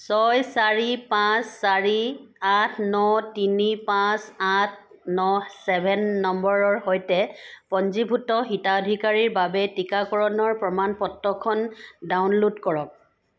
ছয় চাৰি পাঁচ চাৰি আঠ ন তিনি পাঁচ আঠ ন ছেভেন নম্বৰৰ সৈতে পঞ্জীভুক্ত হিতাধিকাৰীৰ বাবে টীকাকৰণৰ প্ৰমাণ পত্ৰখন ডাউনল'ড কৰক